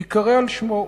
ייקרא על שמו.